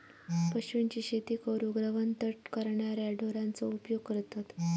पशूंची शेती करूक रवंथ करणाऱ्या ढोरांचो उपयोग करतत